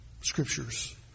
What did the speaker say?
Scriptures